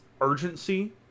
urgency